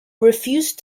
refused